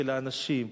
של האנשים.